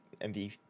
MVP